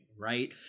right